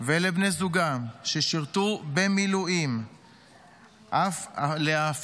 ולבני זוגם ששירתו במילואים אפילו,